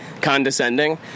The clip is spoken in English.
condescending